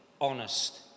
honest